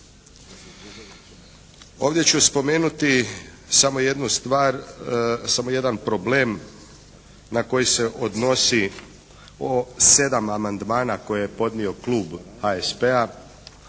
Ovdje ću spomenuti samo jednu stvar, samo jedan problem na koji se odnosi, o sedam amandmana koje je podnio klub HSP-a,